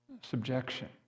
subjection